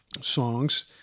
songs